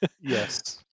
Yes